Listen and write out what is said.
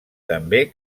també